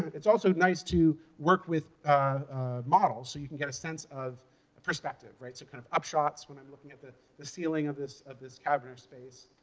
it's also nice to work with models so you can get a sense of perspective, so kind of up shots when i'm looking at the the ceiling of this of this cavernous space.